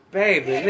baby